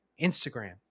Instagram